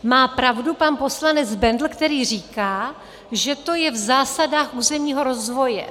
Má pravdu pan poslanec Bendl, který říká, že to je v zásadách územního rozvoje.